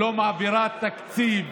שלא מעבירה תקציב